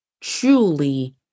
truly